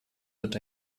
wird